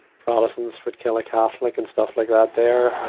protestants would kill a catholic, and stuff like that there.